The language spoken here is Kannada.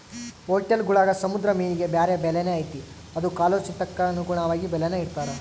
ಹೊಟೇಲ್ಗುಳಾಗ ಸಮುದ್ರ ಮೀನಿಗೆ ಬ್ಯಾರೆ ಬೆಲೆನೇ ಐತೆ ಅದು ಕಾಲೋಚಿತಕ್ಕನುಗುಣವಾಗಿ ಬೆಲೇನ ಇಡ್ತಾರ